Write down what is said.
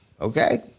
Okay